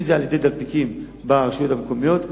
אם זה על-ידי דלפקים ברשויות המקומיות,